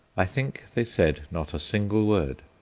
i think they said not a single word.